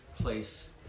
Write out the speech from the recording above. place